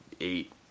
eight